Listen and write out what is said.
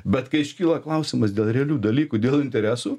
bet kai iškyla klausimas dėl realių dalykų dėl interesų